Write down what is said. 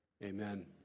Amen